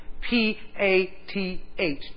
P-A-T-H